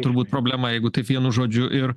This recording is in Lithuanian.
turbūt problema jeigu taip vienu žodžiu ir